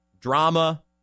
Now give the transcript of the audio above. drama